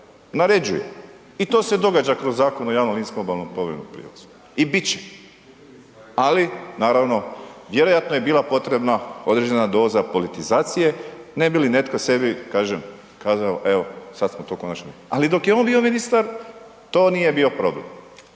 I to se događa kroz Zakon o javnom linijskom obalnom povremenom prijevozu i bit će. Ali, naravno, vjerojatno je bila potrebna određena doza politizacije ne bi li netko sebi, kažem, kazao evo, sad smo to konačno, ali dok je on bio ministar, to nije bio problem.